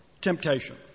temptation